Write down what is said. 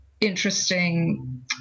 interesting